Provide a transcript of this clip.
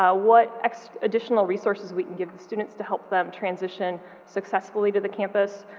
ah what extra, additional resources we can give the students to help them transition successfully to the campus,